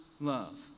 love